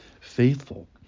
faithful